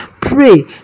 Pray